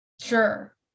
sure